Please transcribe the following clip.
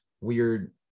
weird